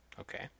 Okay